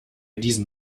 diesem